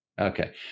okay